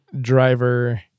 driver